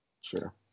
Sure